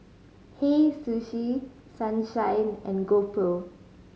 Hei Sushi Sunshine and GoPro